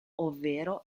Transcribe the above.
ovvero